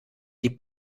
die